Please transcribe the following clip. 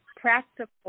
practical